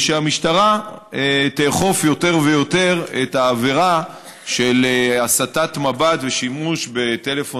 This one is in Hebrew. היא שהמשטרה תאכוף יותר ויותר את העבירה של הסטת מבט ושימוש בטלפון